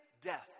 death